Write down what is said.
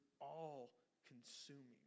all-consuming